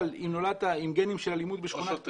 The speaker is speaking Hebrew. אבל אם נולדת עם גנים של אלימות בשכונת פאר,